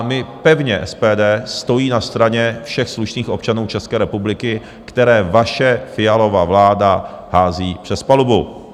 My pevně, SPD stojí na straně všech slušných občanů České republiky, které vaše Fialova vláda hází přes palubu.